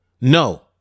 No